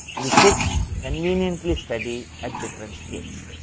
you could conveniently study at difference scales.